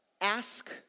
Ask